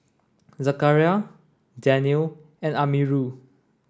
Zakaria Daniel and Amirul